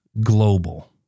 global